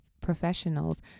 professionals